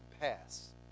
pass